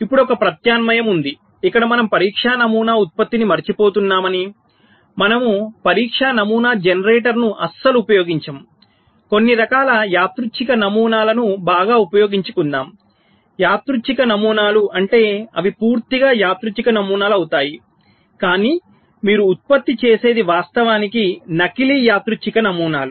ఇప్పుడు ఒక ప్రత్యామ్నాయం ఉంది ఇక్కడ మనం పరీక్షా నమూనా ఉత్పత్తిని మరచిపోతున్నామని మనము పరీక్ష నమూనా జనరేటర్ను అస్సలు ఉపయోగించము కొన్ని రకాల యాదృచ్ఛిక నమూనాలను బాగా ఉపయోగించుకుందాం యాదృచ్ఛిక నమూనాలు అంటే అవి పూర్తిగా యాదృచ్ఛిక నమూనాలు అవుతాయి కాని మీరు ఉత్పత్తి చేసేది వాస్తవానికి నకిలీ యాదృచ్ఛిక నమూనాలు